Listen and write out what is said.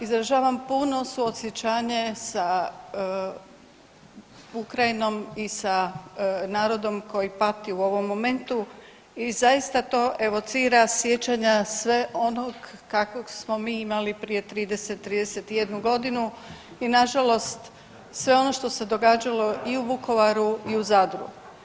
Izražavam puno suosjećanje sa Ukrajinom i sa narodom koji pati u ovom momentu i zaista to evocira sjećanja sve onog kakvog smo mi imali prije 30, 31 godinu i nažalost sve ono što se događalo i u Vukovaru i u Zadru.